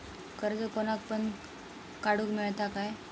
कर्ज कोणाक पण काडूक मेलता काय?